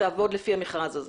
ותעבוד לפי המכרז הזה?